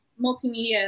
multimedia